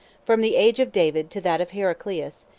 from the age of david to that of heraclius,